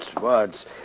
words